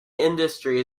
industry